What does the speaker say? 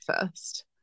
first